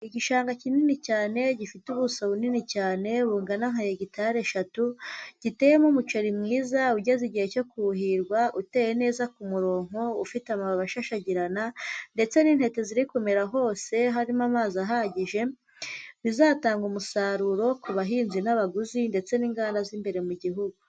Igishanga kinini cyane gifite ubuso bunini cyane bugana hegitari eshatu ,giteyemo umuceri mwiza ugeze igihe cyo kuhirwa uteye neza murongo ufite amababi ashashagirana ndetse n'inteke ziri kumerara hose harimo amazi ahagije bizatanga umusaruro ku bahinzi n'abaguzi ndetse n'inganda z'imbere mu gihugu.